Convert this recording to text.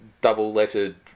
double-lettered